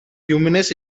numerous